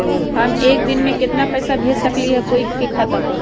हम एक दिन में केतना पैसा भेज सकली ह कोई के खाता पर?